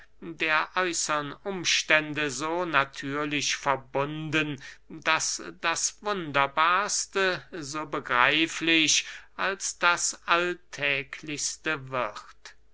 der äußern umstände so natürlich verbunden daß das wunderbarste so begreiflich als das alltäglichste wird